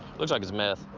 looks like it's meth.